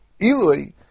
Ilui